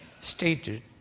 stated